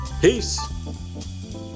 Peace